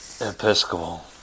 Episcopal